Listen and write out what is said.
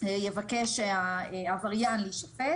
יבקש העבריין להישפט,